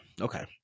Okay